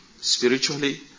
spiritually